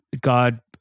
God